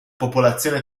popolazione